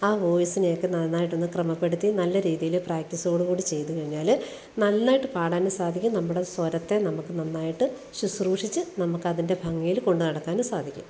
ആ വോയിസിനെയൊക്കെ നന്നായിട്ടൊന്നു ക്രമപ്പെടുത്തി നല്ല രീതിയിൽ പ്രാക്റ്റീസോട് കൂടി ചെയ്തു കഴിഞ്ഞാൽ നന്നായിട്ട് പാടാനും സാധിക്കും നമ്മുടെ സ്വരത്തെ നമുക്ക് നന്നായിട്ട് ശുശ്രൂഷിച്ച് നമുക്ക് അതിന്റെ ഭംഗിയില് കൊണ്ട് നടക്കാനും സാധിക്കും